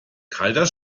kalter